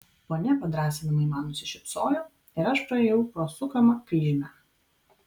ponia padrąsinamai man nusišypsojo ir aš praėjau pro sukamą kryžmę